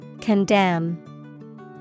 Condemn